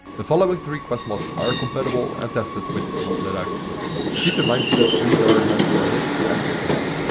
the following three quest mods are compatible and tested with this mod loadout keep in mind that these are meant for mid to end game players.